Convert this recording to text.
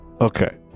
Okay